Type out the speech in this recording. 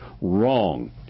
Wrong